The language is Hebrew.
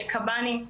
לקב"נים.